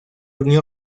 unió